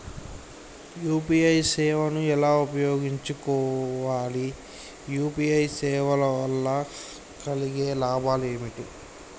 UPI సేవను ఎలా ఉపయోగించు కోవాలి? యూ.పీ.ఐ సేవల వల్ల కలిగే లాభాలు ఏమిటి?